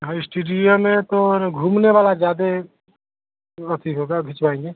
हाँ इस्टीडियो में तोन घूमने वाला जादे अथि होगा घिचवाऍंगे